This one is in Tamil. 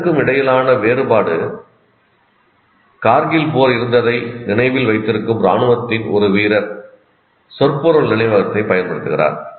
இரண்டுக்கும் இடையிலான வேறுபாடு 'கார்கில் போர் இருந்ததை நினைவில் வைத்திருக்கும் இராணுவத்தின் ஒரு வீரர்' சொற்பொருள் நினைவகத்தைப் பயன்படுத்துகிறார்